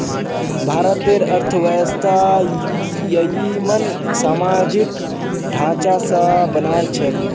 भारतेर अर्थव्यवस्था ययिंमन सामाजिक ढांचा स बनाल छेक